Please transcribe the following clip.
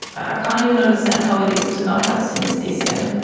ah can't even understand how it is to not have synaesthesia.